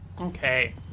Okay